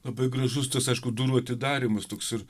labai gražus tas aišku durų atidarymas toks ir